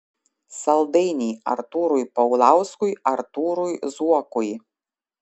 saldainiai artūrui paulauskui artūrui zuokui